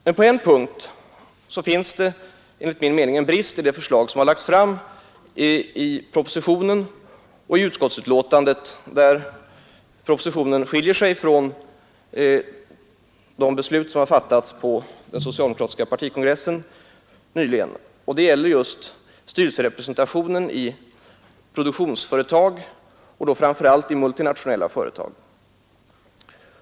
Men på en punkt finns det enligt min mening en brist i det förslag som har lagts fram i propositionen och i utskottsbetänkandet — propositionen skiljer sig på denna punkt från de beslut som har fattats på den socialdemokratiska partikongressen nyligen — nämligen när det gäller styrelserepresentationen i produktionsföretag, framför allt i multinationella företag.